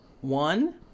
One